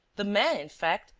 the man, in fact,